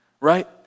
right